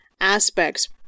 aspects